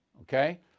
okay